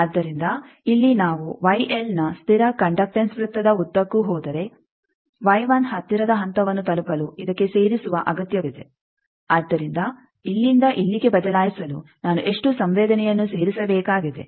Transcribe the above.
ಆದ್ದರಿಂದ ಇಲ್ಲಿ ನಾವು ನ ಸ್ಥಿರ ಕಂಡಕ್ಟೆಂಸ್ ವೃತ್ತದ ಉದ್ದಕ್ಕೂ ಹೋದರೆ ಹತ್ತಿರದ ಹಂತವನ್ನು ತಲುಪಲು ಇದಕ್ಕೆ ಸೇರಿಸುವ ಅಗತ್ಯವಿದೆ ಆದ್ದರಿಂದ ಇಲ್ಲಿಂದ ಇಲ್ಲಿಗೆ ಬದಲಾಯಿಸಲು ನಾನು ಎಷ್ಟು ಸಂವೇದನೆಯನ್ನು ಸೇರಿಸಬೇಕಾಗಿದೆ